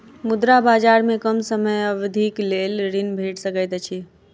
मुद्रा बजार में कम समय अवधिक लेल ऋण भेट सकैत अछि